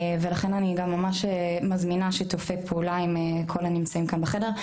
ולכן אני גם ממש מזמינה שיתופי פעולה עם כל הנמצאים כאן בחדר,